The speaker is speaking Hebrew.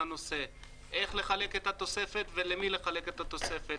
איך לחלק את התוספות ולמי לחלק את התוספת.